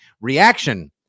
reaction